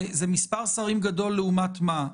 זה מספר שרים גדול לעומת מה?